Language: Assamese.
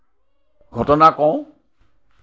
ঘটনা কওঁ